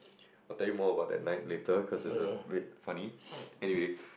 I will tell you more about that night later cause it's err a bit funny anyway